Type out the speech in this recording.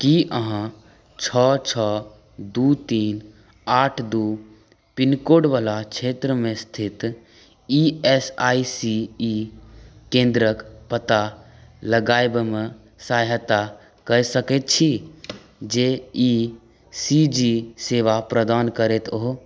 कि अहाँ छओ छओ दुइ तीन आठ दू पिनकोडवला क्षेत्रमे स्थित ई एस आइ सी ई केन्द्रके पता लगेबामे सहायता कऽ सकैत छी जे ई सी जी सेवा प्रदान करैत हो